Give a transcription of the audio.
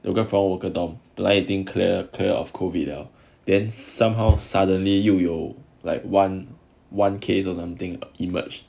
though they say 有个 dorm ah 他们讲本来已经 clear 了 then somehow suddenly 又有 like one one case or something emerged